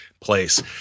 place